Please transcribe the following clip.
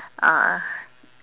uh